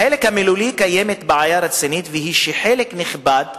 בחלק המילולי קיימת בעיה רצינית, והיא שחלק נכבד,